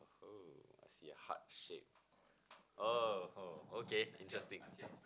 oh I see a heart shape oh oh okay interesting